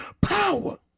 power